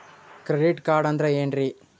Credit card ಅಂದ್ರ ಏನ್ರೀ?